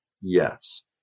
Yes